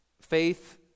Faith